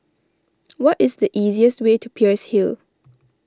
what is the easiest way to Peirce Hill